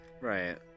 Right